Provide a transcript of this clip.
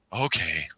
Okay